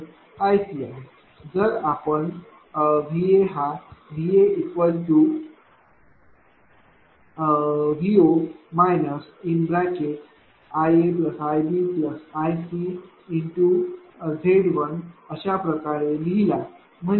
आपण जर VA हा VAVO iAiBiCZ1VO iAiBiCr1jx1अशाप्रकारे लिहिला